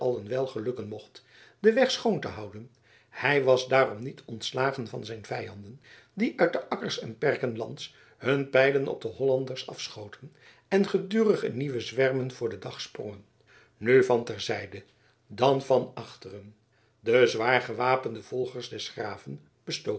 wijl gelukken mocht den weg schoon te houden hij was daarom niet ontslagen van zijn vijanden die uit de akkers en perken lands hun pijlen op de hollanders afschoten en gedurig in nieuwe zwermen voor den dag sprongen nu van ter zijde dan van achteren de zwaargewapende volgers des graven